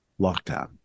lockdown